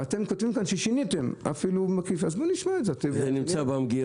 פעם קודמת שקיימתי דיון כזה ולא קיבלתי תשובות --- היית עצבני,